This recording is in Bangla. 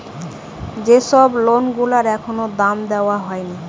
যে সব লোন গুলার এখনো দাম দেওয়া হয়নি